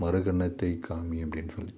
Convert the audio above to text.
மறு கன்னத்தை காமி அப்படின் சொல்லி